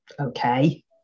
okay